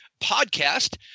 podcast